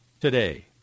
today